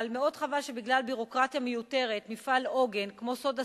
אבל מאוד חבל שבגלל ביורוקרטיה מיותרת מפעל עוגן כמו "סודה סטרים",